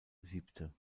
siebte